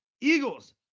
Eagles